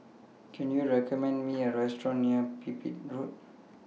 Can YOU recommend Me A Restaurant near Pipit Road